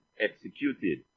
executed